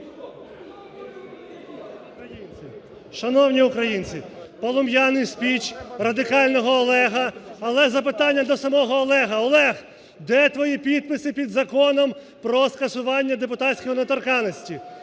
Шановні українці, полум'яний спіч радикального Олега, але запитання до самого Олега: Олег, де твої підписи під Законом про скасування депутатської недоторканності?